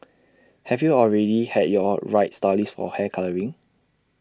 have you already had your right stylist for hair colouring